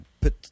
put